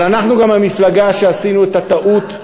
אנחנו גם המפלגה שעשינו את הטעות,